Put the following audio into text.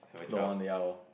don't want ya lor